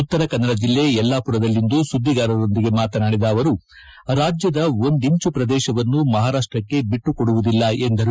ಉತ್ತರ ಕನ್ನಡ ಜಿಲ್ಲೆ ಯಲ್ಲಾಪುರದಲ್ಲಿಂದು ಸುದ್ದಿಗಾರರೊಂದಿಗೆ ಮಾತನಾಡಿದ ಅವರು ರಾಜ್ಯದ ಒಂದಿಂಚು ಪ್ರದೇಶವನ್ನು ಮಹಾರಾಜ್ಯಕ್ಕ ಬಿಟ್ಟುಕೊಡುವುದಿಲ್ಲ ಎಂದರು